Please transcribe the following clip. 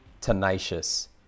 tenacious